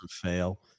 fail